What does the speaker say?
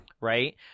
Right